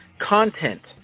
content